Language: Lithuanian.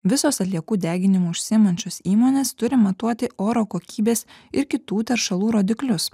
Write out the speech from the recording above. visos atliekų deginimu užsiimančios įmonės turi matuoti oro kokybės ir kitų teršalų rodiklius